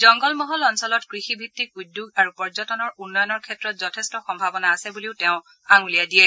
জংগলমহল অঞ্চলত কৃষিভিত্তিক উদ্যোগ আৰু পৰ্যটনৰ উন্নয়নৰ ক্ষেত্ৰত যথেষ্ট সম্ভাৱনা আছে বুলিও তেওঁ আঙুলিয়াই দিয়ে